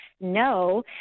no